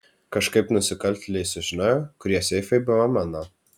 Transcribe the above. kažkaip nusikaltėliai sužinojo kurie seifai buvo mano